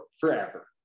forever